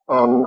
on